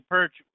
Perch